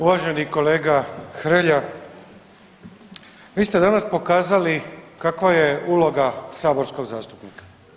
Uvaženi kolega Hrelja vi ste danas pokazali kakva je uloga saborskog zastupnika.